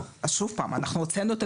אנחנו מתנגדים להמשך הפעילות.